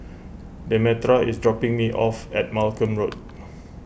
Demetra is dropping me off at Malcolm Road